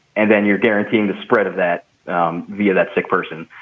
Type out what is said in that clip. and then you're guaranteeing the spread of that view, that sick person.